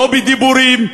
לא בדיבורים,